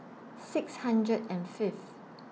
six hundred and Fifth